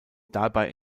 dabei